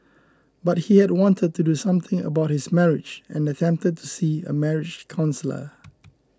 but he had wanted to do something about his marriage and attempted to see a marriage counsellor